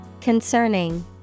Concerning